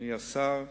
אדוני השר,